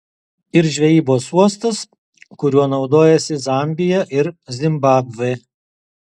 ir žvejybos uostas kuriuo naudojasi zambija ir zimbabvė